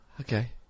Okay